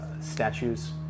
statues